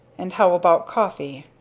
and how about coffee?